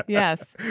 yes.